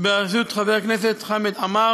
בראשות חבר הכנסת חמד עמאר